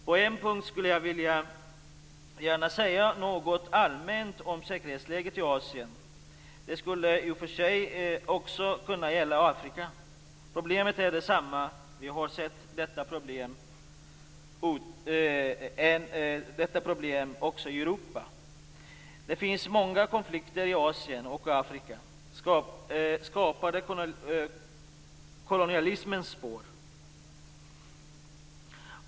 På en punkt skulle jag gärna vilja säga något allmänt om säkerhetsläget i Asien. Det skulle i och för sig också kunna gälla Afrika. Problemet är detsamma. Vi har sett detta problem också i Det finns många konflikter i Asien och i Afrika skapade i kolonialismens spår.